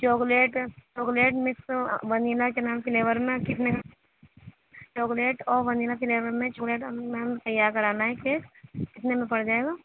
chocolate chocolate mix vanilla کیا نام flavour میں کتنے کا چاکلیٹ اور ونیلا فلیور میں چاکلیٹ میم تیار کرانا ہے کیک کتنے میں پڑ جائے گا